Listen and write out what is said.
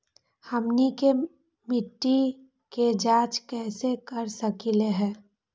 हमनी के मिट्टी के जाँच कैसे कर सकीले है?